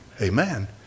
Amen